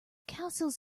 castles